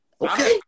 Okay